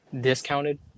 discounted